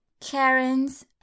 Karen's